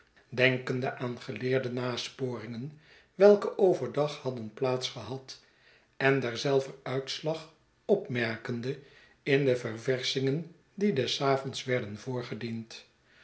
denkende aan geleerde nasporingen welke over dag hadden plaats gehad en derzelver uitslag opmerkende in de ververschingen die des avoncls werden voorgediend